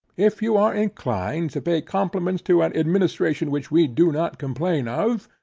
if you are inclined to pay compliments to an administration, which we do not complain of,